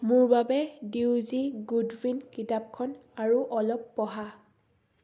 মোৰ বাবে ডিউজি গুডৱিন কিতাপখন আৰু অলপ পঢ়া